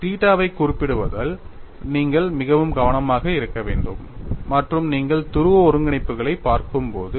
தீட்டாவைக் குறிப்பிடுவதில் நீங்கள் மிகவும் கவனமாக இருக்க வேண்டும் மற்றும் நீங்கள் துருவ ஒருங்கிணைப்புகளைப் பார்க்கும்போது